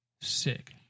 Sick